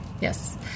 Yes